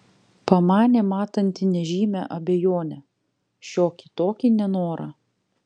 pamanė matanti nežymią abejonę šiokį tokį nenorą